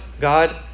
God